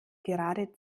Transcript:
gerade